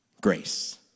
grace